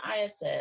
iss